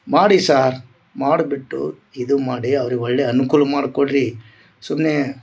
ಮಾಡಿ ಸಾರ್ ಮಾಡುದ ಬಿಟ್ಟು ಇದು ಮಾಡಿ ಅವ್ರಿಗ ಒಳ್ಳೆಯ ಅನ್ಕೂಲ ಮಾಡಿ ಕೊಡ್ರಿ ಸುಮ್ಮನೆ